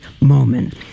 moment